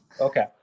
Okay